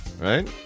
right